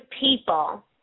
people